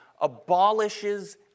abolishes